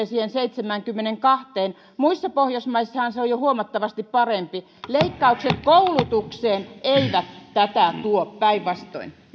siihen seitsemäänkymmeneenkahteen muissa pohjoismaissahan se on jo huomattavasti parempi leikkaukset koulutukseen eivät tätä tuo päinvastoin